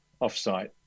off-site